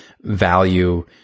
value